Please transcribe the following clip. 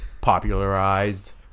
popularized